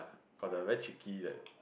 for the very tricky that